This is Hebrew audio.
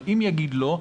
אבל אם יגיד לא,